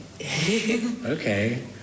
Okay